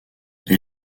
est